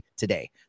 Today